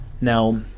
Now